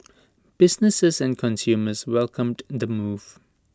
businesses and consumers welcomed the move